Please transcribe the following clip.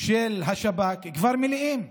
של השב"כ כבר מלאים,